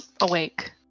awake